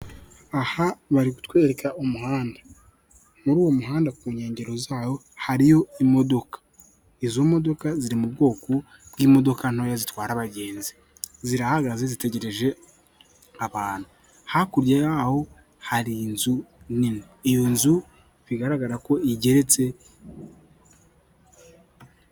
Aha bari kutwereka umuhanda muri uwo muhanda ku nkengero zawo hariyo imodoka izo modoka ziri mu bwoko bw'imodoka ntoya zitwara abagenzi zirahagaze zitegereje abantu, hakurya yaho hari inzu nini iyo nzu bigaragara ko igeretse.